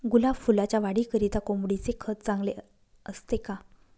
गुलाब फुलाच्या वाढीकरिता कोंबडीचे खत चांगले असते का?